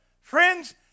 Friends